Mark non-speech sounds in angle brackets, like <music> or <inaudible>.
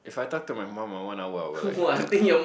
if I talk to my mom for one hour I will like <noise>